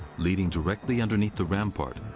leading directly underneath the rampart,